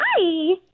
Hi